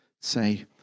say